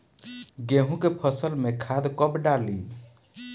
गेहूं के फसल में खाद कब डाली?